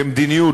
כמדיניות,